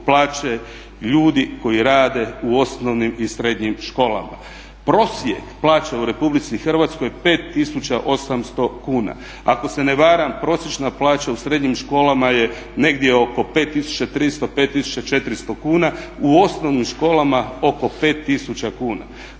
plaće ljudi koji rade u osnovnim i srednjim školama. Prosjek plaća u RH je 5800 kuna. Ako se ne varam prosječna plaća u srednjim školama je negdje oko 5300, 5400 kuna, u osnovnim školama oko 5000 kuna.